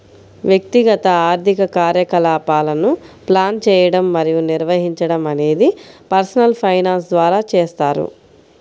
వ్యక్తిగత ఆర్థిక కార్యకలాపాలను ప్లాన్ చేయడం మరియు నిర్వహించడం అనేది పర్సనల్ ఫైనాన్స్ ద్వారా చేస్తారు